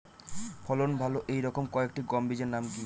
ফলন ভালো এই রকম কয়েকটি গম বীজের নাম কি?